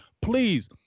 please –